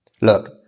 Look